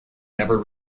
never